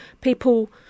people